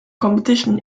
competition